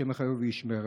השם יחיו וישמרהו,